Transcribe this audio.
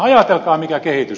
ajatelkaa mikä kehitys